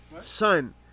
Son